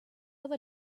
over